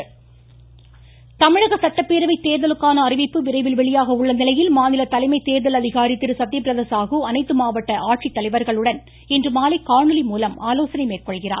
சத்யபிரத சாகு தமிழக சட்டப்பேரவை தேர்தலுக்கான அறிவிப்பு விரைவில் வெளியாக உள்ள நிலையில் மாநில தலைமை தேர்தல் அதிகாரி திரு சத்யபிரத சாகு அனைத்து மாவட்ட ஆட்சித்தலைவர்களுடன் இன்றுமாலை காணொலி மூலம் ஆலோசனை மேற்கொள்கிறார்